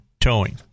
Towing